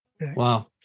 Wow